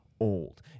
old